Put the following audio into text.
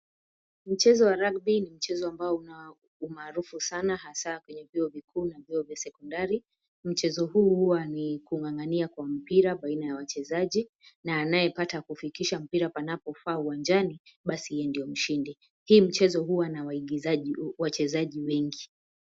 Mchezo wa rugby ni mchezo ambao una umaarufu sana hasa kwenye vyuo vikuu na vyuo vya sekondari, mchezo huu huwa ni kung'ang'ania kwa mpira baina ya wachezaji na anayepata kufikisha mpira panapofaa uwanjani basi yeye ndio mshindi, hii mchezo huwa na wachezaji wengi.